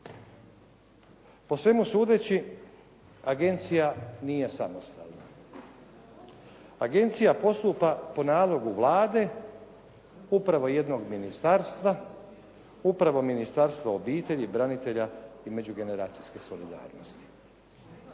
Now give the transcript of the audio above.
Po svemu sudeći, agencija nije samostalna. Agencija postupa po nalogu Vlade upravo jednog ministarstva, upravo Ministarstva obitelji, branitelja i međugeneracijske solidarnosti.